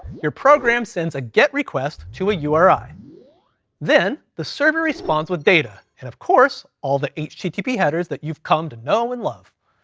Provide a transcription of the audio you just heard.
your program sends a get request to a uri. then the survey response with data, and of course all the http headers that you've come to know, and love,